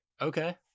Okay